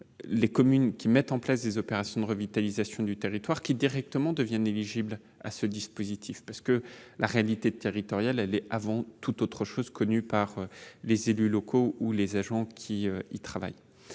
les communes qui mettent en place les opérations de revitalisation du territoire qui seront directement éligibles à ce dispositif. La réalité territoriale est avant tout connue par les élus locaux ou les agents qui travaillent